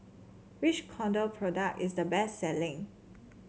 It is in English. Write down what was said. which Kordel product is the best selling